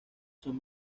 son